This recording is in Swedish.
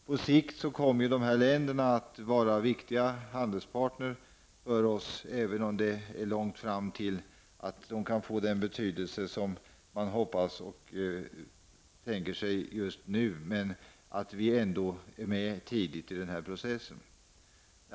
På sikt kommer dessa länder att vara viktiga handelspartner för oss, även om det är långt fram till dess att de kan få den betydelse som man hoppas och tänker sig just nu. Det är viktigt att vi ändå är med tidigt i denna process.